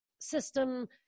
system